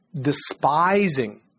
despising